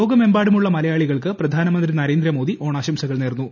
ലോകമെമ്പാടുമുള്ള മലയാളികൾക്ക് പ്രധാനമന്ത്രി നരേന്ദ്രമോദി ഓണാശംസകൾ നേർന്നു